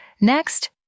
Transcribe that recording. Next